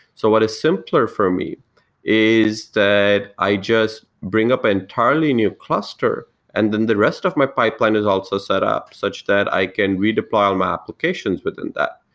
so what is simpler for me is that i just bring up an entirely new cluster and then the rest of my pipeline is also set up such that i can redeploy all my applications within that.